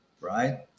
right